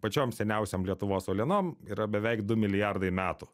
pačiom seniausiom lietuvos uolienom yra beveik du milijardai metų